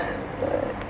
right